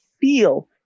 feel